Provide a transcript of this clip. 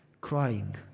crying